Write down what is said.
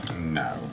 No